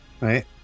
right